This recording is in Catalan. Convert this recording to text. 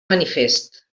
manifest